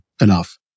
enough